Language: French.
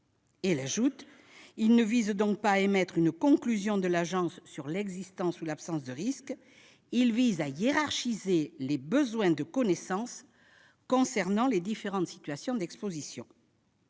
sanitaires ». Il « ne vise donc pas à émettre une conclusion de l'Agence sur l'existence ou l'absence de risques, », mais à « hiérarchiser les besoins de connaissance concernant les différentes situations d'exposition ».